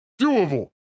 Doable